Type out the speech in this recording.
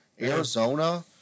Arizona